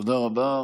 תודה רבה.